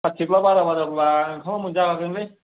बारा बाराबा ओंखामा मोनजागागोनलै